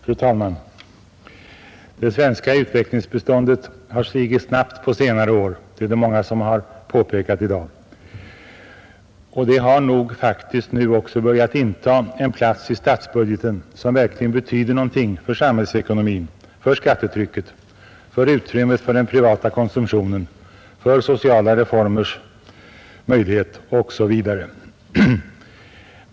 Fru talman! Det svenska utvecklingsbiståndet har stigit snabbt på senare år — det är det många som har påpekat i dag — och det har nog faktiskt också börjat intaga en plats i statsbudgeten som verkligen betyder någonting för samhällsekonomin, för skattetrycket, för utrym met för den privata konsumtionen och för sociala reformer osv.